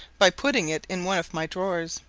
by putting it in one of my drawers,